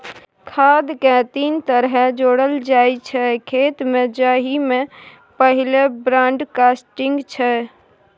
खाद केँ तीन तरहे जोरल जाइ छै खेत मे जाहि मे पहिल ब्राँडकास्टिंग छै